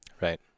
Right